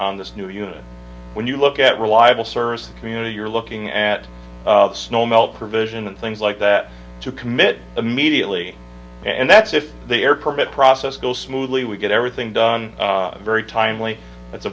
on this new unit when you look at reliable service community you're looking at snow melt provision and things like that to commit immediately and that's if the air permit process goes smoothly we get everything done very timely it's a